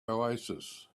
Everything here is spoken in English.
oasis